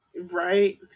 Right